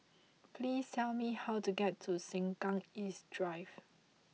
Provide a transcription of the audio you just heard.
please tell me how to get to Sengkang East Drive